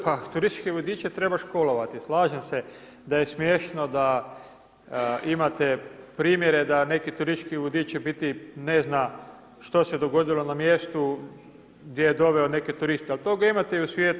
Pa turističke vodiče treba školovati, slažem se da je smiješno da imate primjere da neki turistički vodič u biti ne zna što se dogodilo na mjestu gdje je doveo neke turiste, ali toga imate i u svijetu.